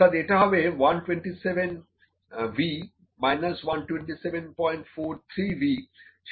অর্থাৎ এটা হবে 1275 V মাইনাস 12743 V